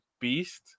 beast